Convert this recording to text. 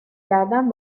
کردن